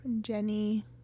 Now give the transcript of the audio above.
Jenny